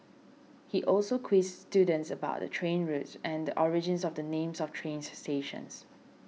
he also quizzed students about the train routes and origins of the names of train stations